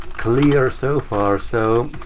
clear so far. so